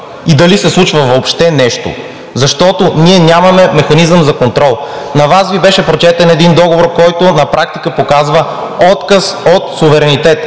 и дали се случва въобще нещо, защото ние нямаме механизъм за контрол. На Вас Ви беше прочетен един договор, който на практика показва отказ от суверенитет